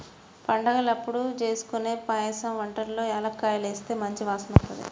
పండగలప్పుడు జేస్కొనే పాయసం వంటల్లో యాలుక్కాయాలేస్తే మంచి వాసనొత్తది